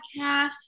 Podcast